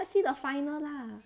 I see the final lah